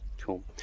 Cool